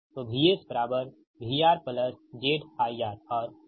तो VS VR Z IR और IS IR है